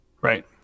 Right